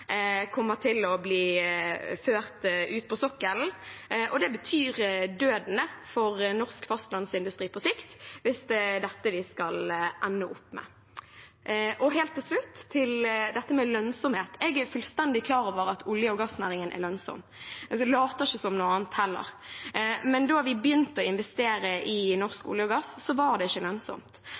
kommer til å bli ført ut på sokkelen. Det betyr døden for norsk fastlandsindustri på sikt, hvis det er dette vi skal ende opp med. Helt til slutt til dette med lønnsomhet: Jeg er fullstendig klar over at olje- og gassnæringen er lønnsom. Jeg later ikke som noe annet heller. Men da vi begynte å investere i norsk olje og gass, var det ikke lønnsomt,